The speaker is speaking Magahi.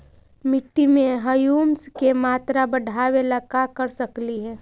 मिट्टी में ह्यूमस के मात्रा बढ़ावे ला का कर सकली हे?